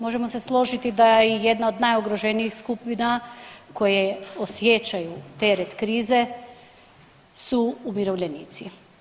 Možemo se složiti da jedna od najugroženijih skupina koje osjećaju teret krize su umirovljenici.